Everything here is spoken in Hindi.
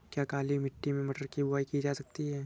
क्या काली मिट्टी में मटर की बुआई की जा सकती है?